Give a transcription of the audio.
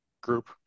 group